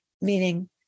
meaning